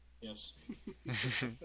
Yes